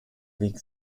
weg